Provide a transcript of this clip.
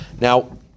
Now